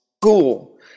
school